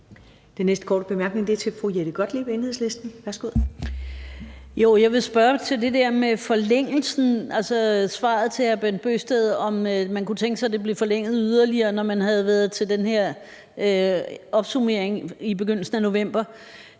Jeg vil spørge om det med forlængelsen i svaret til hr. Bent Bøgsted, nemlig om man kunne tænke sig, at ordningen bliver yderligere forlænget, når der havde været den her opsummering i begyndelsen af november.